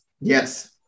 Yes